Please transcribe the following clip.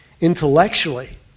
Intellectually